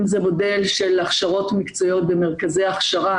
אם זה מודל של הכשרות מקצועיות במרכזי הכשרה